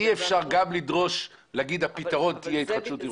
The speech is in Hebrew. אי אפשר לומר שהפתרון יהיה התחדשות עירונית.